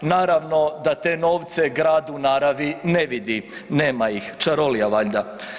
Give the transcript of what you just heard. Naravno da te novce grad u naravi ne vidi, nema ih, čarolija valjda.